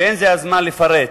ואין זה הזמן לפרט.